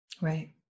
Right